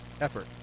effort